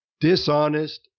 dishonest